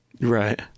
Right